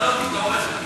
תתעורר.